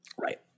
right